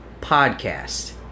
Podcast